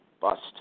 bust